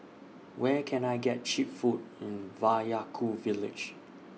Where Can I get Cheap Food in Vaiaku Village